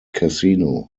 casino